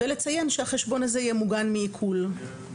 ולציין שהחשבון הזה יהיה מוגן מעיקול.